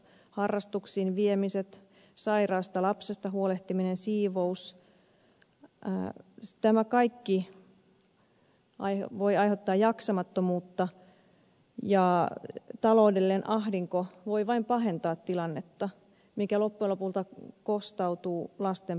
harrastuksiin viemiset sairaasta lapsesta huolehtiminen siivous tämä kaikki voi aiheuttaa jaksamattomuutta ja taloudellinen ahdinko voi vain pahentaa tilannetta mikä loppujen lopuksi kostautuu lasten pahoinvointina